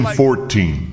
fourteen